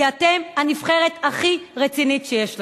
כי אתם הנבחרת הכי רצינית שיש לנו.